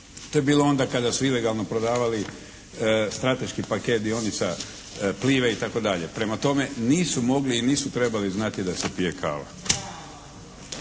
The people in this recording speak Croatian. To je bilo onda kada su ilegalno prodavali strateški paket dionica Pliva-e, itd. Prema tome nisu mogli i nisu trebali znati da se pije kava.